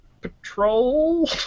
Patrol